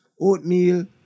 oatmeal